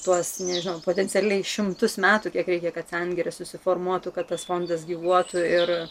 tuos nežinau potencialiai šimtus metų kiek reikia kad sengirė susiformuotų kad tas fondas gyvuotų ir